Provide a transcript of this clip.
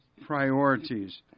priorities